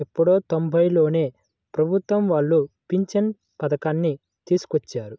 ఎప్పుడో తొంబైలలోనే ప్రభుత్వం వాళ్ళు పింఛను పథకాన్ని తీసుకొచ్చారు